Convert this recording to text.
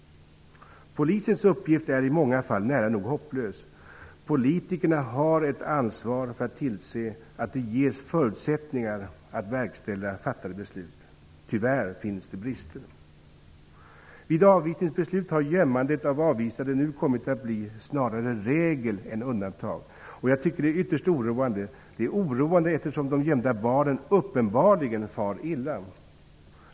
Polisens uppgift är i många fall nära nog hopplös. Politikerna har ett ansvar för att tillse att det ges förutsättningar att verkställa fattade beslut. Tyvärr finns det brister. Vid avvisningsbeslut har gömmandet av avvisade nu kommit att bli snarare regel än undantag. Jag tycker att detta är ytterst oroande. Det är oroande därför att de gömda barnen uppenbarligen far illa.